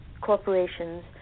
corporations